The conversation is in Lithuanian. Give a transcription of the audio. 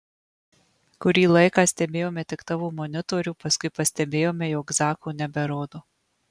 kurį laiką stebėjome tik tavo monitorių paskui pastebėjome jog zako neberodo